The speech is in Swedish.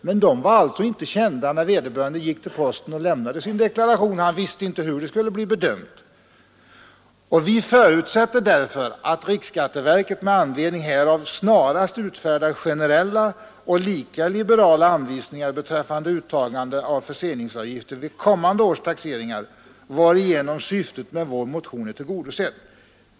Dessa var ju inte kända när vederbörande gick till posten och lämnade sin deklaration. Vi förutsätter därför att riksskatteverket med anledning härav snarast utfärdar generella och lika liberala anvisningar beträffande uttagande av förseningsavgifter vid kommande års taxeringar, varigenom syftet med vår motion är tillgodosett.